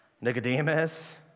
Nicodemus